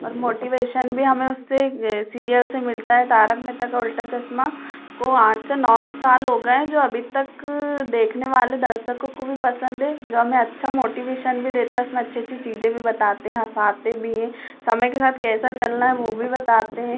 और मोटीवेशन भी हमें उससे यह सीरियल से मिलता है तारक मेहता का उल्टा चश्मा को आठ से नौ साल हो गए हैं जो अभी तक देखने वाले दर्शकों को भी पसंद है जो हमें अच्छा मोटीवेशन भी देता है उसमें अच्छी अच्छी चीज़ें भी बताते हैं हँसाते भी हैं समय के साथ कैसे चलना है वह भी बताते हें